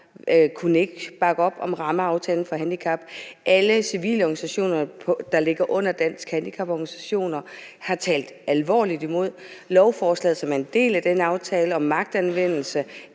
kunne ikke bakke op om rammeaftalen for handicapområdet, og alle civilorganisationer, der ligger under Danske Handicaporganisationer, har talt alvorligt imod det. Lovforslaget, som er en del af den aftale om magtanvendelse,